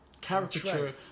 caricature